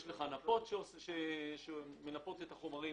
יש לך נפות שמנפות את החומרים.